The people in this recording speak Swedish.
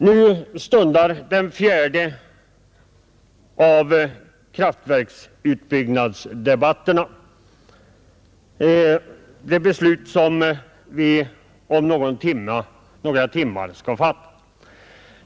Nu pågår den fjärde av kraftverksutbyggnadsdebatterna, och vi skall om några timmar fatta ett beslut.